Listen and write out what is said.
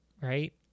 right